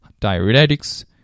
diuretics